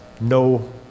no